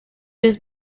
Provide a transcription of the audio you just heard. was